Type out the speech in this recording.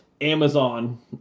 Amazon